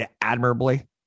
admirably